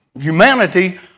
humanity